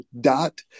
dot